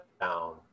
down